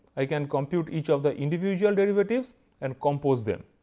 i can compute each of the individual derivatives and compose them.